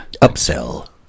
upsell